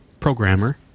programmer